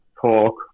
talk